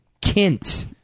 kint